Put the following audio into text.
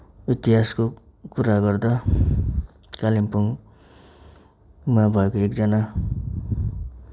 इतिहासको कुरा गर्दा कालिम्पोङमा भएको एकजना